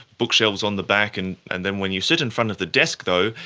bookshelves on the back, and and then when you sit in front of the desk though,